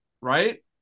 right